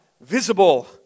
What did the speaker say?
visible